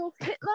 Hitler